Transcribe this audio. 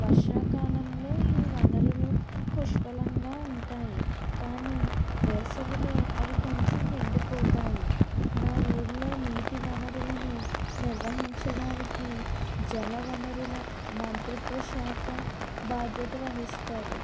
వర్షాకాలంలో ఈ వనరులు పుష్కలంగా ఉంటాయి కానీ వేసవిలో అవి కొంచెం ఎండిపోతాయి నా ఊరిలో నీటి వనరులను నిర్వహించడానికి జల వనరుల మంత్రిత్వ శాఖ బాధ్యత వహిస్తుంది